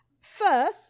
First